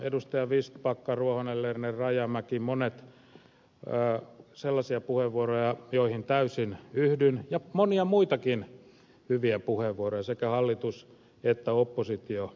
edustajat vistbacka ruohonen lerner rajamäki monet sellaisia puheenvuoroja joihin täysin yhdyn ja monia muitakin hyviä puheenvuoroja sekä hallitus että oppositiorintamasta